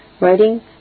Writing